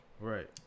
Right